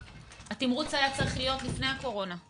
התמרוץ היה צריך להיות לפני הקורונה.